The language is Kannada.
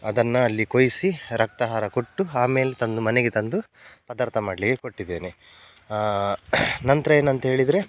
ಅದನ್ನ ಅಲ್ಲಿ ಕೊಯ್ಯಿಸಿ ರಕ್ತಾಹಾರ ಕೊಟ್ಟು ಆಮೇಲೆ ತಂದು ಮನೆಗೆ ತಂದು ಪದಾರ್ಥ ಮಾಡಲಿಕ್ಕೆ ಕೊಟ್ಟಿದ್ದೇನೆ ನಂತರ ಏನಂಥೇಳಿದ್ರೆ